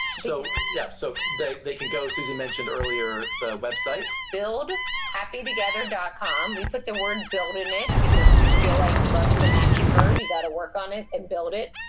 so yeah, so they they can go, suzy mentioned earlier, the website build happy together dot com. we put the word build in it, because we feel like love is an action verb, you got to work on it, and build it.